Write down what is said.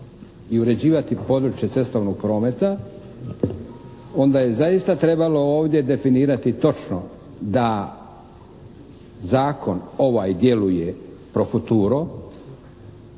i uređivati područje cestovnog prometa onda je zaista trebalo ovdje definirati točno da Zakon ovaj djeluje pro futuro,